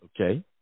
Okay